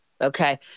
Okay